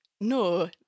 no